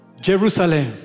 Jerusalem